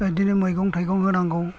बिदिनो मैगं थाइगं होनांगौ